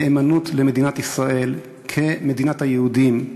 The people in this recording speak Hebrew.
נאמנות למדינת ישראל כמדינת היהודים,